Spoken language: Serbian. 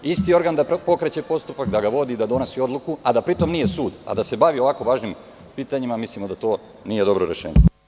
Isti organ da pokreće postupak, da ga vodi, da donosi odluku, a da pri tom nije sud, da se bavi ovako važnim pitanjima, mislimo da to nije dobro rešenje.